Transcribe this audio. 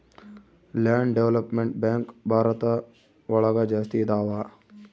land development bank Bharat ಒಳಗ ಜಾಸ್ತಿ ಇದಾವ